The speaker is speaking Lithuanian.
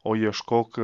o ieškok